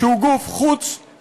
שהוא גוף חוץ-מפלגתי,